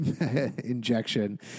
injection